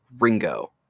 Ringo